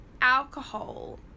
alcohol